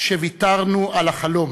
שוויתרנו על החלום,